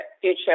future